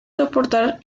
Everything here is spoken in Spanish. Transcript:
soportar